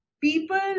people